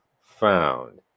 found